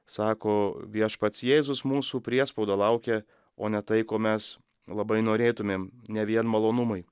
sako viešpats jėzus mūsų priespauda laukia o ne tai ko mes labai norėtumėm ne vien malonumai